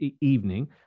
evening